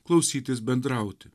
klausytis bendrauti